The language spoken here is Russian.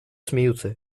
смеются